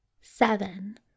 Seven